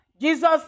Jesus